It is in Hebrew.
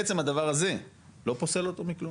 עצם הדבר הזה לא פוסל אותו מכלום,